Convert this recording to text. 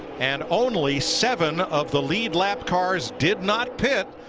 and only seven of the lead lap cars did not pit,